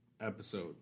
episode